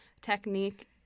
technique